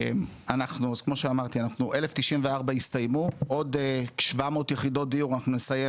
אני אומר יכולנו לצאת לדרך עם עוד יחידות דיור כי יש תקציב